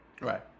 Right